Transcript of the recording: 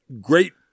great